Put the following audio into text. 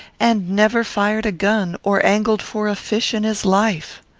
and never fired a gun or angled for a fish in his life.